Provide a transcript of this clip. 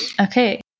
Okay